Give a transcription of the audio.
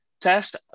test